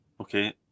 Okay